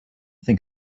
think